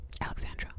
alexandra